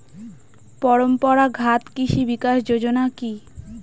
পরম্পরা ঘাত কৃষি বিকাশ যোজনা কি?